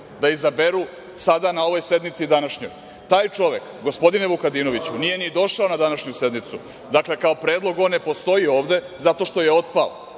da izaberu sada na ovoj sednici današnjoj. Taj čovek, gospodine Vukadinoviću, nije ni došao na današnju sednicu. Dakle, kao predlog on ne postoji ovde zato što je otpao